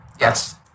Yes